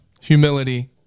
Humility